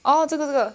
orh 这个这个